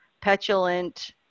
petulant